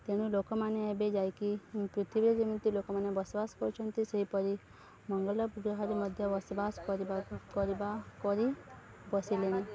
ତେଣୁ ଲୋକମାନେ ଏବେ ଯାଇକି ପୃଥିବୀ ଯେମିତି ଲୋକମାନେ ବସବାସ କରୁଛନ୍ତି ସେହିପରି ମଙ୍ଗଲପୂଜା ଘରେ ମଧ୍ୟ ବସବାସ କରିବା କରିବା କରି ବସିଲେଣି